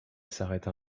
s’arrêta